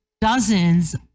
dozens